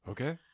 Okay